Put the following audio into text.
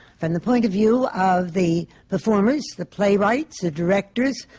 from the point of view of the performers, the playwrights, the directors,